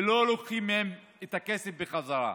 ולא לוקחים מהם את הכסף בחזרה,